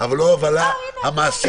אבל לא ההובלה המעשית.